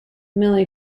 milli